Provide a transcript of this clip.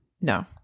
No